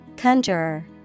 Conjurer